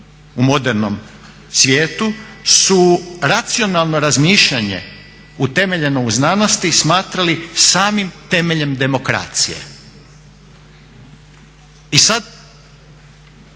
u modernom svijetu su racionalno razmišljanje utemeljeno u znanosti smatrali samim temeljem demokracije. I sad